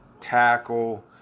tackle